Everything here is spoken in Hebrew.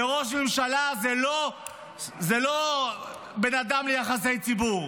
זה ראש ממשלה, זה לא בן אדם ליחסי ציבור.